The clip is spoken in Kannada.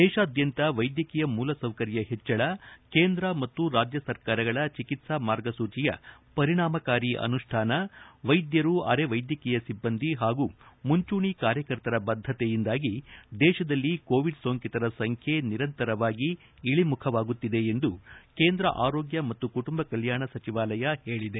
ದೇಶಾದ್ಯಂತ ವೈದ್ಯಕೀಯ ಮೂಲಸೌಕರ್ಯ ಪೆಚ್ಚಳ ಕೇಂದ್ರ ಮತ್ತು ರಾಜ್ಯ ಸರ್ಕಾರಗಳ ಚಿಕಿತ್ಸಾ ಮಾರ್ಗಸೂಚಿಯ ಪರಿಣಾಮಕಾರಿ ಅನುಷ್ಠಾನ ವೈದ್ಯರು ಅರೆವೈದ್ಯಕೀಯ ಸಿಬ್ಬಂದಿ ಹಾಗೂ ಮುಂಚೂಣಿ ಕಾರ್ಯಕರ್ತರ ಬದ್ಧತೆಯಿಂದಾಗಿ ದೇಶದಲ್ಲಿ ಕೋವಿಡ್ ಸೋಂಕಿತರ ಸಂಖ್ಯೆ ನಿರಂತರವಾಗಿ ಇಳಿಮುಖವಾಗುತ್ತಿದೆ ಎಂದು ಕೇಂದ್ರ ಆರೋಗ್ಯ ಮತ್ತು ಕುಟುಂಬ ಕಲ್ಕಾಣ ಸಜಿವಾಲಯ ಹೇಳಿದೆ